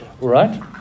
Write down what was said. right